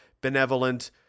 benevolent